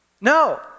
No